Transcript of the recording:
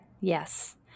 Yes